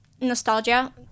nostalgia